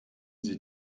sie